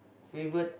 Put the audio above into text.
favourite